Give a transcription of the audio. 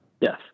Yes